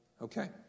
Okay